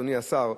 אדוני השר,